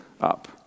up